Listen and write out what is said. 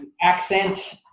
Accent